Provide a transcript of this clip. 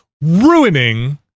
ruining